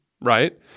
right